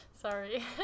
Sorry